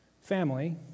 Family